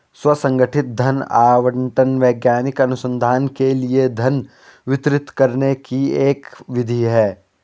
स्व संगठित धन आवंटन वैज्ञानिक अनुसंधान के लिए धन वितरित करने की एक विधि है